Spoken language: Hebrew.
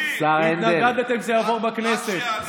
מה עשית?